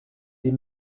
des